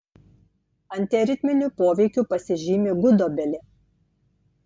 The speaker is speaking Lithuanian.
antiaritminiu poveikiu pasižymi gudobelė